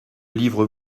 livre